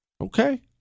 Okay